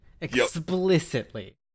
Explicitly